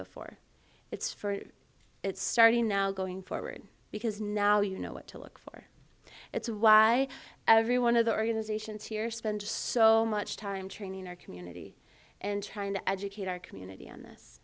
before it's for it's starting now going forward because now you know what to look for it's why every one of the organizations here spends so much time training our community and trying to educate our community on this